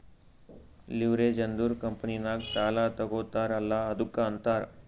leverage ಅಂದುರ್ ಕಂಪನಿನಾಗ್ ಸಾಲಾ ತಗೋತಾರ್ ಅಲ್ಲಾ ಅದ್ದುಕ ಅಂತಾರ್